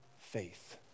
faith